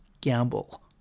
Gamble